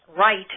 right